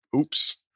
Oops